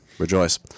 rejoice